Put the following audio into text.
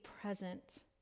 present